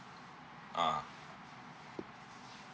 a'ah